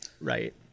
right